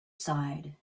side